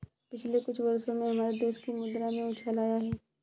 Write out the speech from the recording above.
पिछले कुछ वर्षों में हमारे देश की मुद्रा में उछाल आया है